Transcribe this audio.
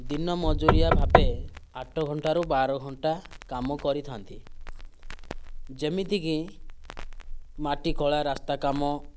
ଦିନ ମଜୁରିଆ ଭାବେ ଆଠ ଘଣ୍ଟାରୁ ବାର ଘଣ୍ଟା କାମ କରିଥାଆନ୍ତି ଯେମିତିକି ମାଟି କଳା ରାସ୍ତା କାମ